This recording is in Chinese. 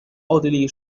奥地利